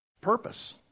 purpose